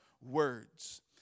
words